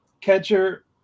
Catcher